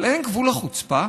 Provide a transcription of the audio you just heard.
אבל אין גבול לחוצפה?